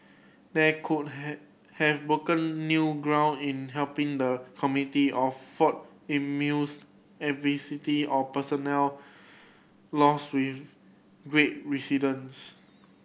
they could have broken new ground in helping the community or fought immunes adversity or personal loss with great